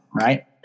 right